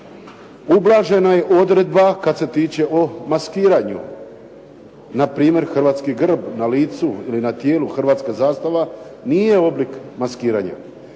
Ublažena je odredba kad se tiče o maskiranju. Na primjer, hrvatski grb na licu ili na tijelu hrvatska zastava nije oblik maskiranja.